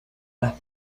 las